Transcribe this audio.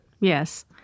Yes